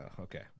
okay